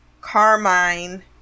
Carmine